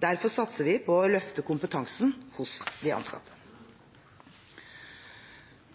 Derfor satser vi på å løfte kompetansen hos de ansatte.